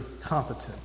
competent